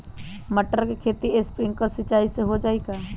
मटर के खेती स्प्रिंकलर सिंचाई से हो जाई का?